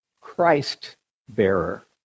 Christ-bearer